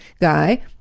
guy